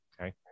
Okay